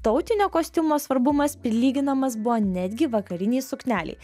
tautinio kostiumo svarbumas prilyginamas buvo netgi vakarinei suknelei